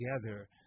together